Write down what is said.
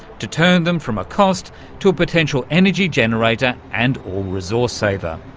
to turn them from a cost to a potential energy generator and or resource saver.